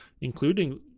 Including